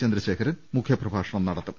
ച ന്ദ്രശേഖരൻ മുഖ്യപ്രഭാഷണം നടത്തും